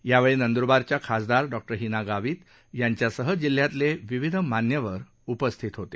यावेळी नंदरबारच्या खासदार डॉ हिना गावित यांच्यासह जिल्ह्यातले विविध मान्यंवर उपस्थित होते